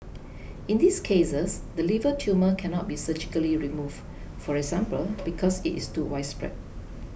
in these cases the liver tumour cannot be surgically remove for example because it is too widespread